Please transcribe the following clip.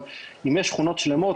אבל אם יש שכונות שלמות,